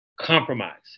compromise